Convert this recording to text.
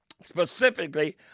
specifically